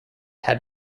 had